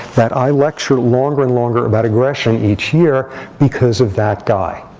that i lecture longer and longer about aggression each year because of that guy.